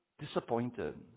disappointed